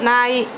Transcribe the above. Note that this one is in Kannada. ನಾಯಿ